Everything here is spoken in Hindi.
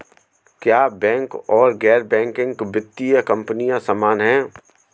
क्या बैंक और गैर बैंकिंग वित्तीय कंपनियां समान हैं?